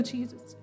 Jesus